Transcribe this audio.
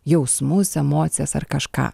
jausmus emocijas ar kažką